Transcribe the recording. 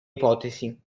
ipotesi